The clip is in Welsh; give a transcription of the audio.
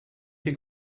chi